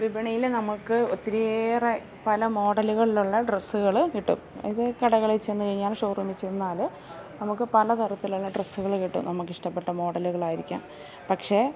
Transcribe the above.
വിപണിയില് നമുക്ക് ഒത്തിരിയേറെ പല മോഡലുകളിലുള്ള ഡ്രെസ്സുകള് കിട്ടും ഏത് കടകളിൽ ചെന്ന് കഴിഞ്ഞാൽ ഷോറൂമിൽ ചെന്നാല് നമുക്ക് പല തരത്തിലുള്ള ഡ്രസ്സുകള് കിട്ടും നമുക്കിഷ്ടപ്പെട്ട മോഡലുകളായിരിക്കാം പക്ഷെ